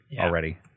already